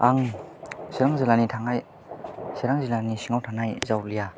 आं चिरां जिल्लानि थाङै चिरां जिल्लानि सिङाव थानाय जावलिया